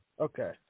Okay